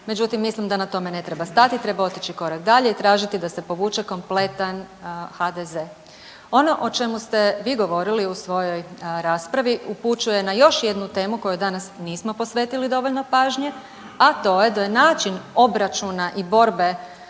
Međutim, mislim da na tome ne treba stati treba otići korak dalje i tražiti da se povuče kompletan HDZ. Ono o čemu ste vi govorili u svojoj raspravi upućuje na još jednu temu kojoj danas nismo posvetili dovoljno pažnje, a to je da je način obračuna i borbe